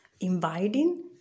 inviting